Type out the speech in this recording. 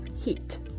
Heat